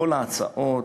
כל ההצעות,